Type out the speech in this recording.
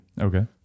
okay